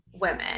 women